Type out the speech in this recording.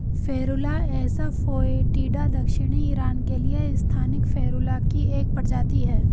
Ferula assa foetida दक्षिणी Iran के लिए स्थानिक फेरुला की एक प्रजाति है